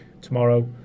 tomorrow